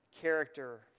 character